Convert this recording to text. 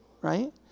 right